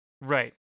right